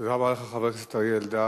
תודה רבה לך, חבר הכנסת אריה אלדד.